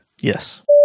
Yes